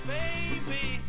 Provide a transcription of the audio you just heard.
baby